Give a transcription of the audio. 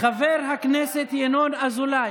חבר הכנסת ינון אזולאי.